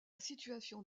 situation